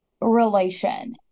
relation